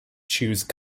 choose